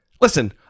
listen